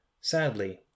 Sadly